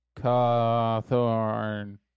Cawthorn